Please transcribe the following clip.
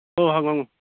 ꯑꯣ ꯍꯪꯉꯨ ꯍꯪꯉꯨ